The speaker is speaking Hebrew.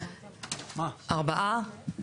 ארבעה.